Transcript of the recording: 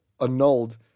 annulled